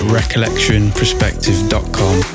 recollectionperspective.com